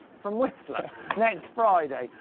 from whistler next friday.